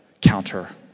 counter